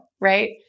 right